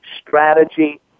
strategy